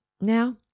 Now